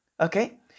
okay